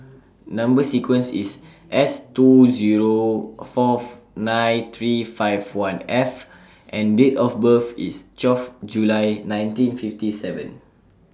Number sequence IS S two Zero Fourth nine three five one F and Date of birth IS twelve July nineteen fifty seven